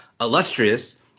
illustrious